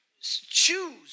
choose